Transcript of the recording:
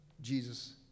Jesus